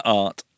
art